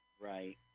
Right